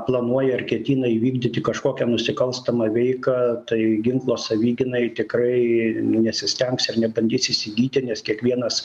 planuoja ar ketina įvykdyti kažkokią nusikalstamą veiką tai ginklo savigynai tikrai nesistengs ir nebandys įsigyti nes kiekvienas